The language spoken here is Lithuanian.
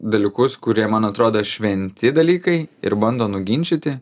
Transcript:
dalykus kurie man atrodo šventi dalykai ir bando nuginčyti